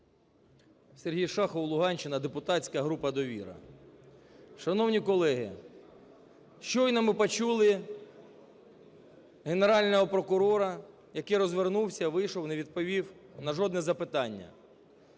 Сергій Шахов, Луганщина, депутатська група "Довіра". Шановні колеги, щойно ми почули Генерального прокурора, який розвернувся, вийшов і не відповів на жодне запитання.